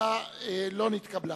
29, אין נמנעים.